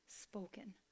Spoken